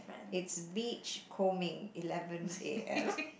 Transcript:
it's beach combing eleven A_M